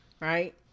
Right